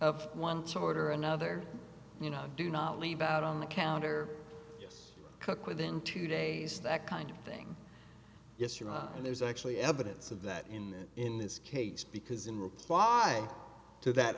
of one sort or another you know do not leave out on the counter cook within two days that kind of thing yes or no and there's actually evidence of that in that in this case because in reply to that